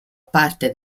parte